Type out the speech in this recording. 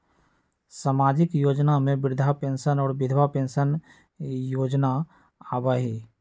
सामाजिक योजना में वृद्धा पेंसन और विधवा पेंसन योजना आबह ई?